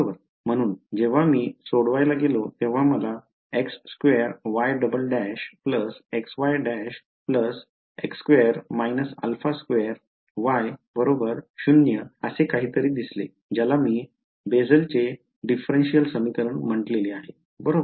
म्हणून जेव्हा मी हे सोडवायला गेलो तेव्हा मला x2y" xy′ x2 − α2y 0 असे काहीतरी दिसले ज्याला मी बेसलचे भिन्नसमीकरण म्हटले बरोबर